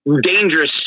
dangerous